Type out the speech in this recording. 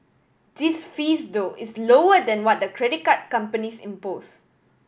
this fees though is lower than what the credit card companies impose